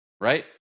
Right